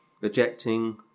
rejecting